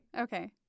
Okay